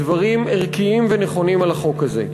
דברים ערכיים ונכונים על החוק הזה.